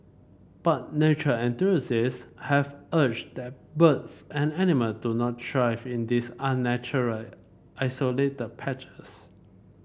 but nature enthusiasts have argued that birds and animal do not thrive in these unnatural isolated patches